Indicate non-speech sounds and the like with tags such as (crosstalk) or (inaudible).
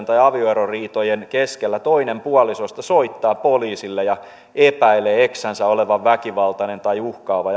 (unintelligible) tai avioeroriitojen keskellä toinen puolisoista soittaa poliisille ja epäilee eksänsä olevan väkivaltainen tai uhkaava (unintelligible)